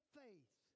faith